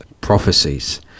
prophecies